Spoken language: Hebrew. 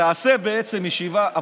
יעשה בעצם ישיבה,